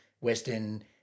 Western